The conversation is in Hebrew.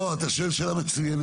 לא, אתה שואל שאלה מצוינת.